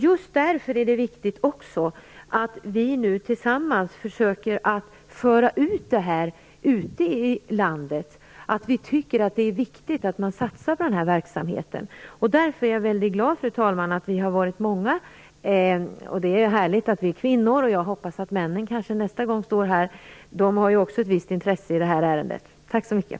Just därför är det viktigt att vi tillsammans försöker föra ut i landet att vi tycker att det är viktigt att satsa på den här verksamheten. Därför är jag väldigt glad, fru talman, att vi har varit många. Det är härligt att vi är kvinnor. Jag hoppas att männen nästa gång står här, för de har också ett visst intresse i det här ärendet. Tack så mycket.